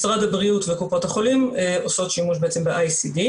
משרד הבריאות וקופות החולים עושות שימוש ICD,